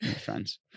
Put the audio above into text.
friends